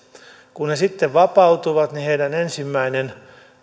kun he sitten vapautuvat heidän ensimmäinen